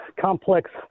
complex